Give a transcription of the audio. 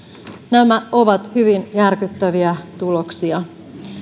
nämä ovat hyvin järkyttäviä tuloksia